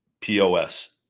POS